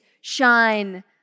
shine